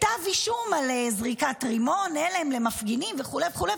כתב אישום על זריקת רימון הלם על מפגינים וכו' וכו',